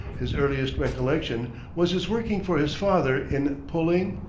his earliest recollection was his working for his father in pulling,